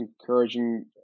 encouraging